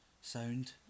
sound